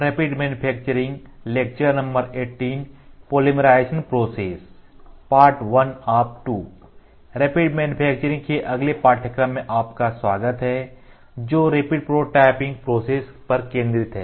rapid manufacturing के अगले पाठ्यक्रम में आपका स्वागत है जो रैपिड प्रोटोटाइपिंग प्रोसेस पर केंद्रित है